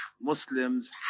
Muslims